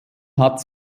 hat